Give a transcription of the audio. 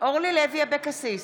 אורלי לוי אבקסיס,